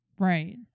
Right